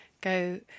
go